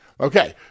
Okay